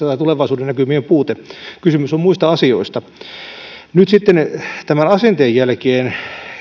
tai tulevaisuudennäkymien puute ole estänyt perheen perustamista kysymys on muista asioista asenteen jälkeen